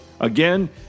Again